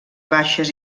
baixes